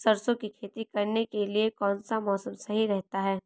सरसों की खेती करने के लिए कौनसा मौसम सही रहता है?